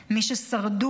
מי ששרדו,